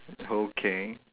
okay